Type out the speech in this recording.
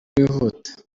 wihuta